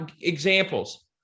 Examples